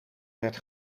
werd